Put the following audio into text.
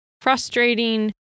frustrating